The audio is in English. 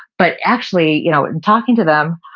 but actually you know in talking to them,